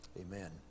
Amen